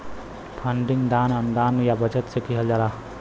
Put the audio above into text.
funding दान, अनुदान या बचत से किहल जाला